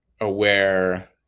aware